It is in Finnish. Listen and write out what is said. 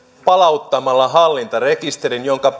palauttamalla hallintarekisterin jonka